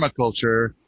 permaculture